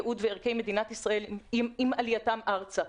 ייעוד וערכי מדינת ישראל עם עלייתם ארצה.